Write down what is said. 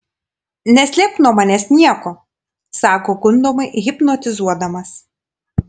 neslėpk nuo manęs nieko sako gundomai hipnotizuodamas